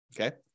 Okay